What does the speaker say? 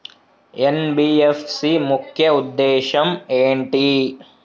NBFC ముఖ్య ఉద్దేశం ఏంటి?